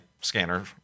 scanner